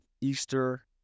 easter